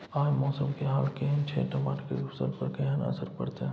आय मौसम के हाल केहन छै टमाटर के फसल पर केहन असर परतै?